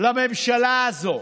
לממשלה הזאת,